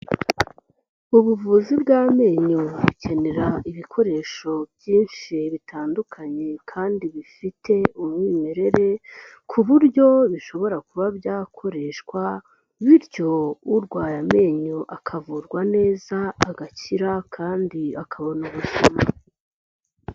Ubuvuzi bw'amenyo, bukenera ibikoresho byinshi bitandukanye kandi bifite umwimerere, ku buryo bishobora kuba byakoreshwa, bityo urwaye amenyo akavurwa neza, agakira kandi akabona ubuzima.